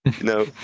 No